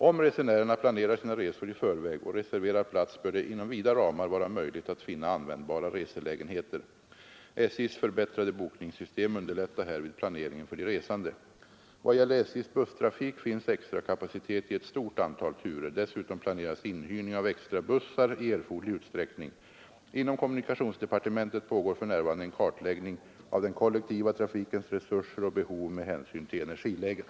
Om resenärerna planerar sina resor i förväg och reserverar plats bör det inom vida ramar vara möjligt att finna användbara reselägenheter. SJ:s förbättrade bokningssystem underlättar härvid planeringen för de resande. Vad gäller SJ:s busstrafik finns extrakapacitet i ett stort antal turer. Dessutom planeras inhyrning av extrabussar i erforderlig utsträckning. Inom kommunikationsdepartementet pågår för närvarande en kartläggning av den kollektiva trafikens resurser och behov med hänsyn till energiläget.